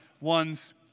one's